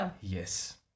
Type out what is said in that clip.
Yes